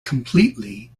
completely